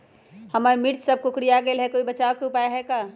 हमर मिर्ची सब कोकररिया गेल कोई बचाव के उपाय है का?